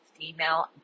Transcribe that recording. female